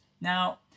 Now